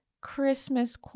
Christmas